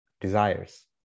desires